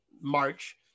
March